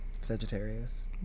Sagittarius